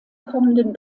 kommenden